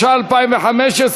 התשע"ה 2015,